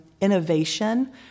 Innovation